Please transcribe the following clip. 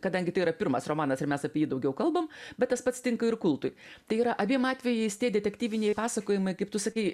kadangi tai yra pirmas romanas ir mes apie jį daugiau kalbam bet tas pats tinka ir kultui tai yra abiem atvejais tie detektyviniai pasakojimai kaip tu sakei